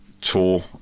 tour